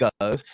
go